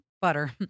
butter